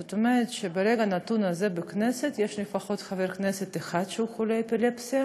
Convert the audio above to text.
זאת אומרת שברגע נתון בכנסת יש לפחות חבר כנסת אחד שהוא חולה אפילפסיה